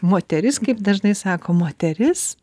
moteris kaip dažnai sako moteris